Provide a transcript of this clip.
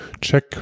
check